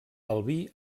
albí